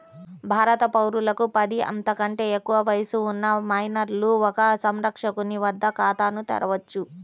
భారత పౌరులకు పది, అంతకంటే ఎక్కువ వయస్సు ఉన్న మైనర్లు ఒక సంరక్షకుని వద్ద ఖాతాను తెరవవచ్చు